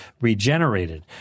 regenerated